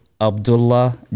Abdullah